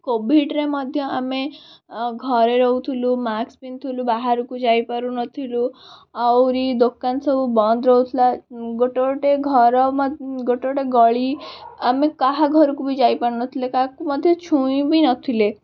କୋଭିଡ଼୍ରେ ମଧ୍ୟ ଆମେ ଘରେ ରହୁଥିଲୁ ମାସ୍କ୍ ପିନ୍ଧୁଥିଲୁ ବାହାରକୁ ଯାଇପାରୁନଥିଲୁ ଆହୁରି ଦୋକାନ ସବୁ ବନ୍ଦ ରହୁଥିଲା ଗୋଟେ ଗୋଟେ ଘର ଗୋଟେ ଗୋଟେ ଗଳି ଆମେ କାହା ଘରକୁବି ଯାଇପାରୁନଥିଲେ କାହାକୁ ମଧ୍ୟ ଛୁଇଁ ବି ନଥିଲେ